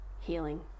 healing